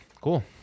cool